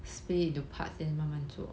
split it into parts then 慢慢做